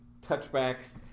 touchbacks